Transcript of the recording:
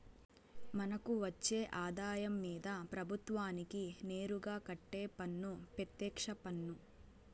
మనకు వచ్చే ఆదాయం మీద ప్రభుత్వానికి నేరుగా కట్టే పన్ను పెత్యక్ష పన్ను